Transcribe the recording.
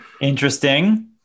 interesting